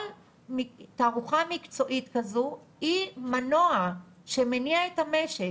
כל תערוכה מקצועית כזו היא מנוע שמניע את המשק.